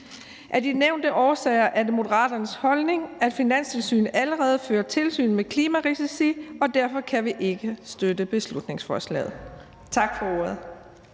Af de nævnte årsager er det Moderaternes holdning, at Finanstilsynet allerede fører tilsyn med klimarisici, og derfor kan vi ikke støtte beslutningsforslaget. Tak for ordet.